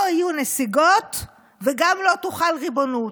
לא יהיו נסיגות וגם לא תוחל ריבונות,